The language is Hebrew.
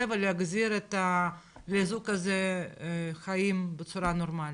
ולהחזיר את בני הזוג הזה לחיים נורמלי.